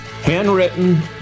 Handwritten